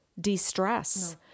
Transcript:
de-stress